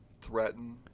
Threaten